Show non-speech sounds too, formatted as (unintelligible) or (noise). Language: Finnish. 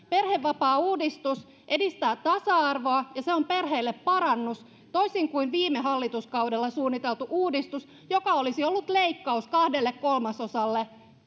(unintelligible) perhevapaauudistus edistää tasa arvoa ja se on perheille parannus toisin kuin viime hallituskaudella suunniteltu uudistus joka olisi ollut leikkaus kahdelle kolmasosalle